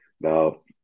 Now